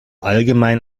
allgemein